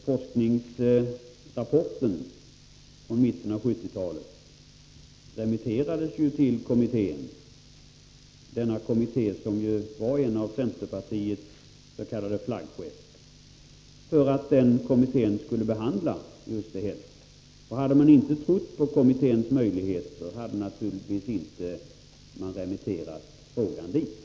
Forskningsrapporten från mitten av 1970 talet remitterades ju till denna kommitté — som var en av centerpartiets s.k. flaggskepp —- för att kommittén skulle behandla just denna fråga. Om man inte hade trott på kommitténs möjligheter, hade man naturligtvis inte remitterat frågan dit.